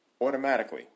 Automatically